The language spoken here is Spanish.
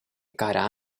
cara